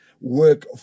work